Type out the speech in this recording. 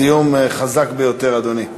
סיום חזק ביותר, אדוני.